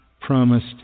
promised